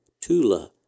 Tula